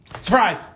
Surprise